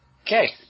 Okay